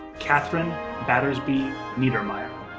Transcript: catherine battersby niedermaier.